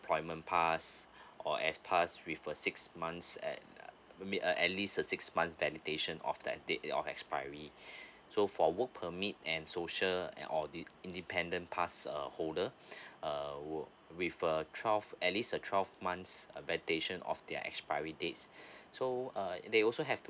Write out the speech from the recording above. employment pass or as pass with a six months at uh mid uh at least six months validation of that date of expiry so for work permit and social and audit independent pass err holder err with uh twelve at least a twelve months uh validation of their expiry dates so uh and they also have to